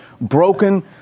broken